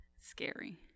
scary